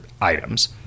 items